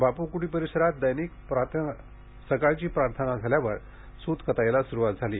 बापू कुटी परिसरात दैनिक प्रातःप्रार्थना झाल्यावर सूतकताईला सुरूवात झाली